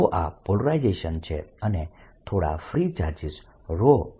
તો આ પોલરાઇઝેશન છે અને થોડા ફ્રી ચાર્જીસ r છે